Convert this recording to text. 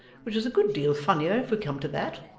which is a good deal funnier if we come to that.